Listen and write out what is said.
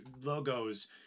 logos